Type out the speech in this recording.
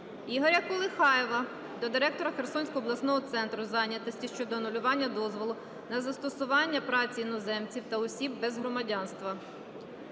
Ігоря Колихаєва до директора Херсонського обласного центру зайнятості щодо анулювання дозволу на застосування праці іноземців та осіб без громадянства.